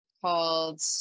called